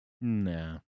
Nah